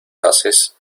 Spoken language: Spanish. haces